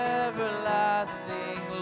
everlasting